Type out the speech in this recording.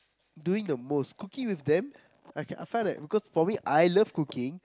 doing the most cooking with them I can I find that because I love cooking